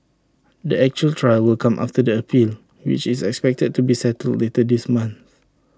the actual trial will come after the appeal which is expected to be settled later this month